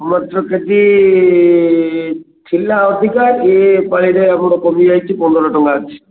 ମଟର K G ଥିଲା ଅଧିକା ଏ ପାଳିରେ ଆମର କମି ଯାଇଛି ପନ୍ଦର ଟଙ୍କା ଅଛି